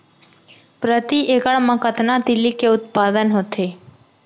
प्रति एकड़ मा कतना तिलि के उत्पादन होथे?